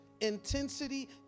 intensity